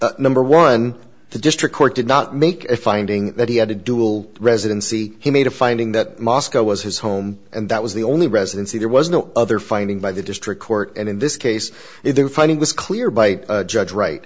number one the district court did not make a finding that he had a dual residency he made a finding that moscow was his home and that was the only residency there was no other finding by the district court and in this case if their finding was clear by judge wright